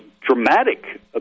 dramatic